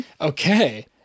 Okay